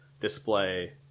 display